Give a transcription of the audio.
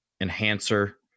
enhancer